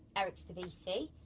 eric's the vc,